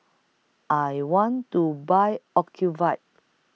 I want to Buy Ocuvite